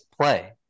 play